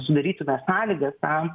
sudarytume sąlygas tam